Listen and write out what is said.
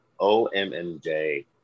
OMMJ